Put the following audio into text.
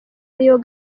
niyo